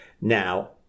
now